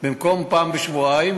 במקום פעם בשבועיים,